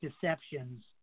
deceptions